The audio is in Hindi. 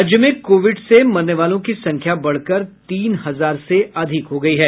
राज्य में कोविड से मरने वालों की संख्या बढ़कर तीन हजार से अधिक हो गयी है